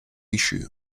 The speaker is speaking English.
issue